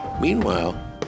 Meanwhile